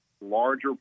larger